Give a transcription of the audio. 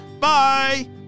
Bye